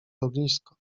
ognisko